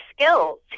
skills